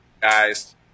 Guys